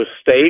State